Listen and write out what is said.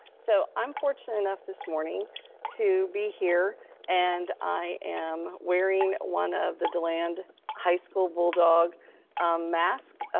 so i'm fortunate enough this morning to be here and i am wearing one of the deland high school bulldog mask.